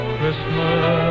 Christmas